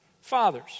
Fathers